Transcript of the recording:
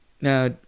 Now